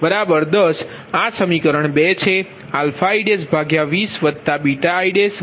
5i10આ સમીકરણ છે